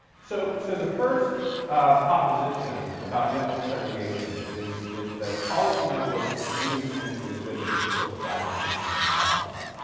so so the first proposition about network segregation is is that policy networks do tend to exhibit this sort of fragmentation that i'm talking about.